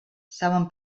saben